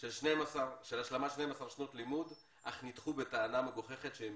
של השלמת 12 שנות לימוד אך נדחו בטענה מגוחכת שהם